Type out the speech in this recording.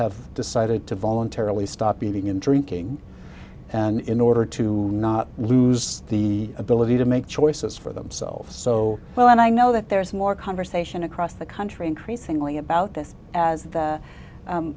have decided to voluntarily stop eating and drinking and in order to not lose the ability to make choices for themselves so well and i know that there is more conversation across the country increasingly about this as the